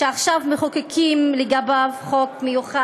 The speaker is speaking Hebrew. שעכשיו מחוקקים לגביו חוק מיוחד,